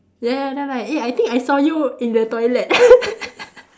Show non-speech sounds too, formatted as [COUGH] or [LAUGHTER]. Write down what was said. then after like eh I think I saw you in the toilet [LAUGHS]